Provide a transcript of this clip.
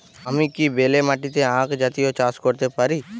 আমি কি বেলে মাটিতে আক জাতীয় চাষ করতে পারি?